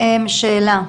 שאלה,